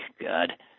God